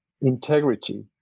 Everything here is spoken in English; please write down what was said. integrity